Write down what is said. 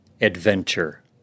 adventure